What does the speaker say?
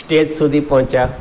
stage સુધી પહોંચ્યા